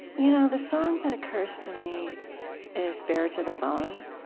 you know the song that occurs to me is bare to the bone.